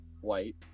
white